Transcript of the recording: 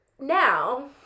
Now